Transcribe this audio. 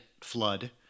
flood